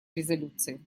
резолюции